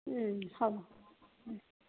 হ'ব